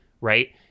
right